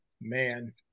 man